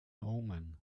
omen